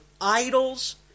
idols